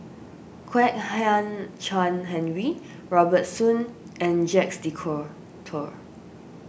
Kwek Hian Chuan Henry Robert Soon and Jacques De Coutre tour